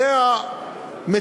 זו המציאות.